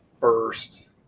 first